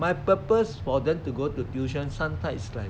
my purpose for them to go to tution sometimes is like